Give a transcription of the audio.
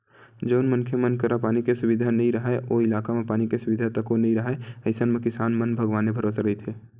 जउन मनखे मन करा पानी के सुबिधा नइ राहय ओ इलाका म पानी के सुबिधा तको नइ राहय अइसन म किसान मन भगवाने भरोसा रहिथे